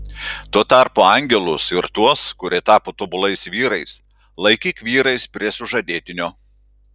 tuo tarpu angelus ir tuos kurie tapo tobulais vyrais laikyk vyrais prie sužadėtinio